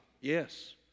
Yes